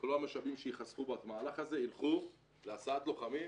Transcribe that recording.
כל המשאבים שייחסכו במהלך הזה ילכו להסעת לוחמים.